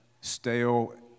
stale